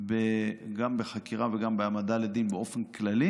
גם בחקירה וגם בהעמדה לדין באופן כללי.